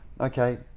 okay